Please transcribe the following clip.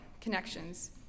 connections